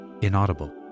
inaudible